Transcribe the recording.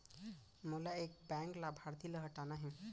मोला एक बैंक लाभार्थी ल हटाना हे?